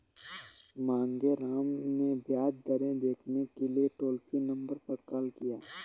मांगेराम ने ब्याज दरें देखने के लिए टोल फ्री नंबर पर कॉल किया